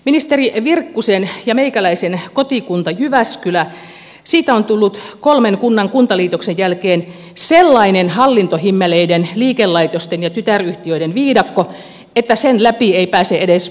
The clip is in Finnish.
ministeri virkkusen ja meikäläisen kotikunnasta jyväskylästä on tullut kolmen kunnan kuntaliitoksen jälkeen sellainen hallintohimmeleiden liikelaitosten ja tytäryhtiöiden viidakko että sen läpi ei pääse edes porakoneella